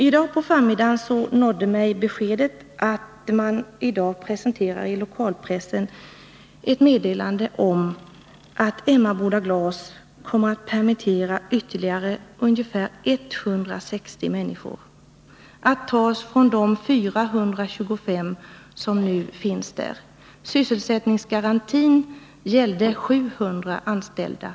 I dag på förmiddagen nådde mig beskedet att lokalpressen i dag presenterar ett meddelande om att Emmaboda Glas kommer att permittera ytterligare ungefär 160 människor av de 425 som nu är anställda. Sysselsättningsgarantin gällde 700 anställda.